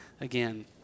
again